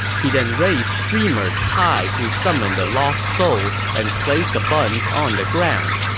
he then raised streamers high to summon the lost souls and placed the buns on the ground.